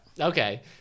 Okay